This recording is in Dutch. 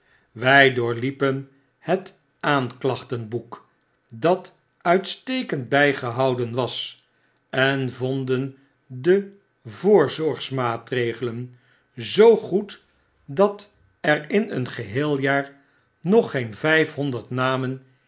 wy doorliepen het aanklachten boek dat uitstekend bygehouden was en vonden de voorzorgsmaatregelen zoo goed dat er in een geheeljaarnog geen vphonderd namen